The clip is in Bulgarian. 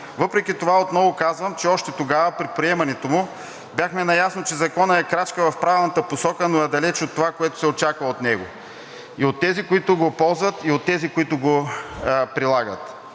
Въпреки това, отново казвам, че още тогава при приемането му бяхме наясно, че Законът е крачка в правилната посока, но е далеч от това, което се очаква от него и от тези, които го ползват, и от тези, които го прилагат.